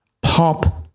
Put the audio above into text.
pop